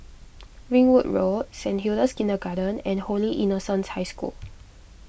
Ringwood Road Saint Hilda's Kindergarten and Holy Innocents' High School